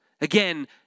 Again